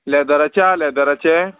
लॅदराचे आ लेदराचे